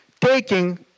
taking